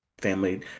family